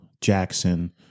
Jackson